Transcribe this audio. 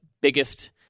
biggest